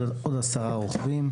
עוד עשרה רוכבים,